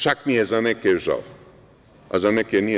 Čak mi je za neke žao, a za neke nije.